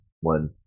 one